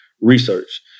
research